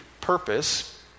purpose